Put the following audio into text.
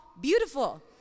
beautiful